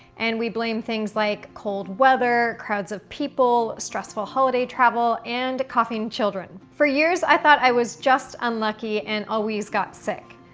and we blame things like cold weather, crowds of people, stressful holiday travel, and coughing children. for years, i thought i was just unlucky and always got sick.